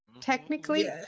Technically